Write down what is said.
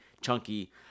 chunky